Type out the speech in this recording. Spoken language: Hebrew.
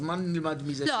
אז מה נלמד מזה, שזה פחות חשוב?